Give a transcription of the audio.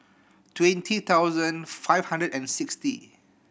twenty thousand five hundred and sixty